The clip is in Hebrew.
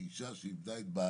או אישה שאיבדה את בעלה,